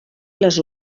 les